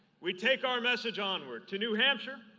we take our message onward to new hampshire,